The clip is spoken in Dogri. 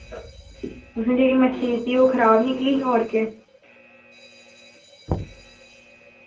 तुसैं जेह्ड़ी मच्छी दित्ती ओ खराब निकली ही और केह्